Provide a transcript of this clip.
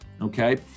okay